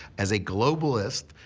as a globalist,